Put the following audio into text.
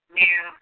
new